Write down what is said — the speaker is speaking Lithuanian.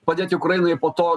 padėti ukrainai po to